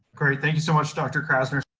great. thank you so much, dr. krasner.